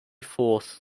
fourth